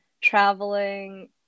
traveling